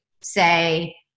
say